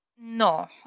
no